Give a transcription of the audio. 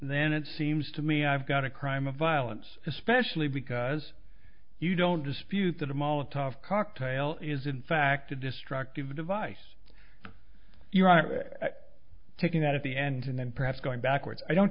then it seems to me i've got a crime of violence especially because you don't dispute that a molotov cocktail is in fact a destructive device you are taking that at the end and then perhaps going backwards i don't